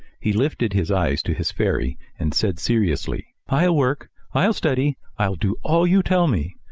he lifted his eyes to his fairy and said seriously i'll work i'll study i'll do all you tell me.